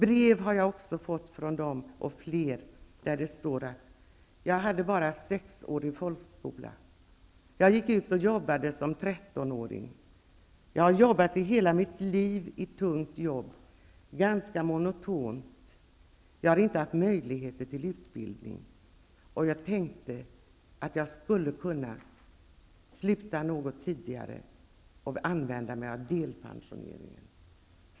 Jag har också fått brev från människor som berättar följande: Jag har endast 6-årig folkskola. Jag gick som 13-åring ut och arbetade. I hela mitt liv har jag arbetat i tungt arbete, ganska monotont. Jag har inte haft några möjligheter till vidareutbildning, och jag hade tänkt sluta något tidigare med hjälp av delpension.